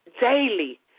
daily